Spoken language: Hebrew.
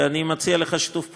אני מציע לך שיתוף פעולה.